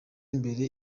imbere